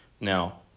Now